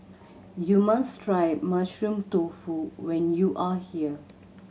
you must try Mushroom Tofu when you are here